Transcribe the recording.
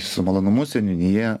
su malonumu seniūnija